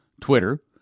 Twitter